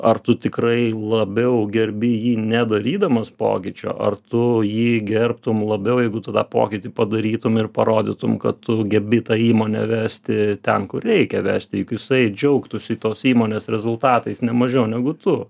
ar tu tikrai labiau gerbi jį nedarydamos pokyčio ar tu jį gerbtum labiau jeigu tu tą pokytį padarytum ir parodytum kad tu gebi tą įmonę vesti ten kur reikia vesti juk jisai džiaugtųsi tos įmonės rezultatais nemažiau negu tu